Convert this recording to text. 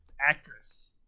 actress